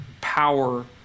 power